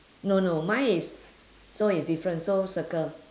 no no my is so is different so circle